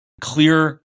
clear